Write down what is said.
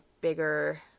bigger